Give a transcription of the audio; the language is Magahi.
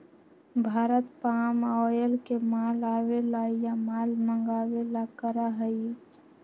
भारत पाम ऑयल के माल आवे ला या माल मंगावे ला करा हई